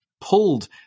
pulled